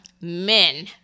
Men